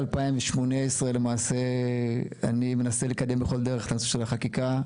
מ-2018 למעשה אני מנסה לקדם בכל דרך את הנושא של החקיקה.